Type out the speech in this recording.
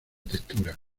textura